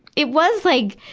it was like,